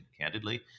candidly